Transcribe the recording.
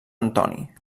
antoni